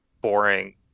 boring